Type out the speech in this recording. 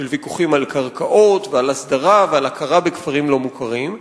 של ויכוחים על קרקעות ועל הסדרה ועל הכרה בכפרים לא-מוכרים,